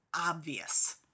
obvious